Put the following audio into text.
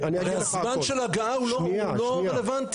זמן של הגעה הוא לא רלוונטי.